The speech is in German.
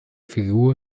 figur